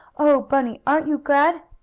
oh, bunny aren't you glad!